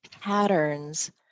patterns